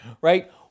right